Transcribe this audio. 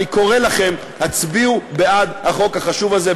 אני קורא לכם: הצביעו בעד החוק החשוב הזה.